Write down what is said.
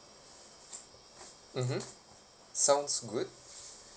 mmhmm sounds good